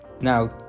now